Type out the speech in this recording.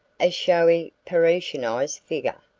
a showy parisianized figure,